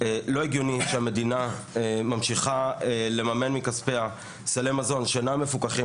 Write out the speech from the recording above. לא הגיוני שהמדינה ממשיכה לממן מכספיה סליי מזון שאינם מפוקחים,